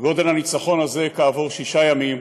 גודל הניצחון הזה כעבור שישה ימים,